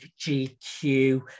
GQ